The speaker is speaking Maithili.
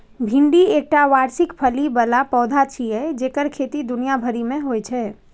भिंडी एकटा वार्षिक फली बला पौधा छियै जेकर खेती दुनिया भरि मे होइ छै